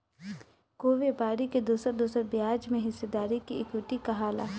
कोई व्यापारी के दोसर दोसर ब्याज में हिस्सेदारी के इक्विटी कहाला